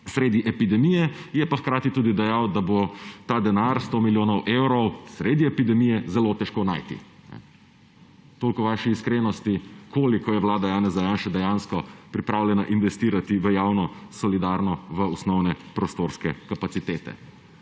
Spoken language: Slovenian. sredi epidemije. Je pa hkrati tudi dejal, da bo ta denar, 100 milijonov evrov, sredi epidemije zelo težko najti. Toliko o vaši iskrenosti, koliko je vlada Janeza Janše dejansko pripravljena investirati v javno, solidarno, v osnovne prostorske kapacitete.